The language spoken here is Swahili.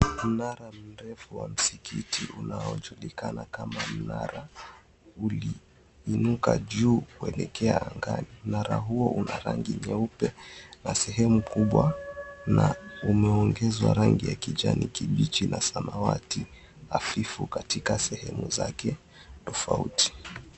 Mnara mrefu wa msikiti unaojulikana kama mnara uliinuka juu kuelekea angani. Mnara huo una rangi nyeupe na sehemu kubwa na umeongizwa rangi ya kijani kibichi na samawati hafifu katika sehemu zake tofauti.